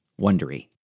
wondery